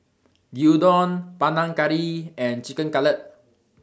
Gyudon Panang Curry and Chicken Cutlet